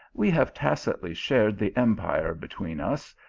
we have tacitly shared the empire between us,